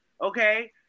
okay